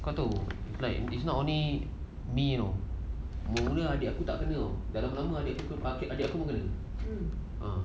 kau tahu like it's not only me mula adik aku tak kena lama adik pun kena ah